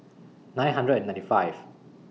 nine hundred and ninety five